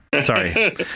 Sorry